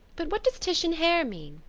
but what does titian hair mean?